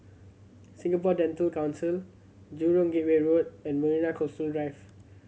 Singapore Dental Council Jurong Gateway Road and Marina Coastal Drive